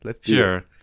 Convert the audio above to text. Sure